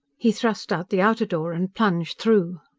he thrust out the outer door and plunged through.